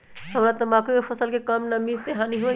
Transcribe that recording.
हमरा तंबाकू के फसल के का कम नमी से हानि होई?